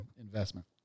Investment